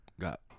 got